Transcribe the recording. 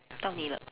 到你了